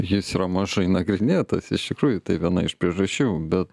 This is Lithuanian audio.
jis yra mažai nagrinėtas iš tikrųjų tai viena iš priežasčių bet